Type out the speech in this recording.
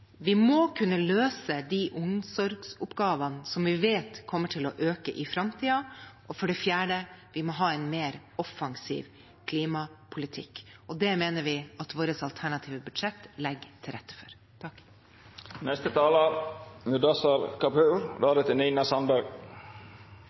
tredje må vi kunne løse de omsorgsoppgavene som vi vet kommer til å øke i framtiden, og for det fjerde må vi ha en mer offensiv klimapolitikk. Det mener vi vårt alternative budsjett legger til rette for.